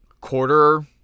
quarter